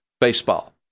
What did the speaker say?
baseball